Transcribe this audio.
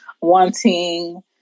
wanting